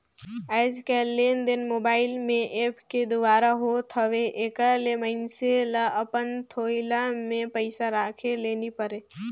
आएज काएललेनदेन मोबाईल में ऐप के दुवारा होत हवे एकर ले मइनसे ल अपन थोइला में पइसा राखे ले नी परे